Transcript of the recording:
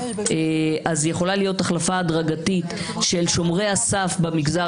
יכולה להיות החלפה הדרגתית של שומרי הסף במגזר